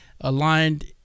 aligned